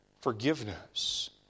forgiveness